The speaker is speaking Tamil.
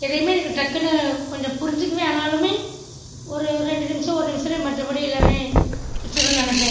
எதையுமே எனக்கு டக்குனு கொஞ்சம் புரிஞ்சிக்க ஆனாலும் ஒரு ரெண்டு நிமிஷம் ஒரு நிமிஷத்தில் மற்றபடி எல்லாமே முடிச்சிடனும்னு நினப்பேன்